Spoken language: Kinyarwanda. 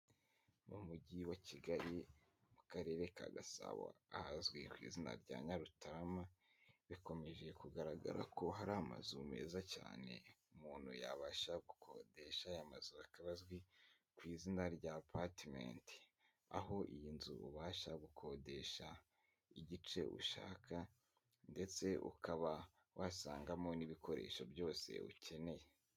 Mu mujyi wa Kigali mu karere ka Gasabo ahazwi ku izina rya Nyarutarama, bikomeje kugaragara ko hari amazu meza cyane umuntu yabasha gukodesha, aya mazu akaba azwi ku izina rya apatimenti aho iyi nzu ubasha bukodesha igice ushaka ndetse ukaba wasangamo n'ibikoresho byose ukeneye.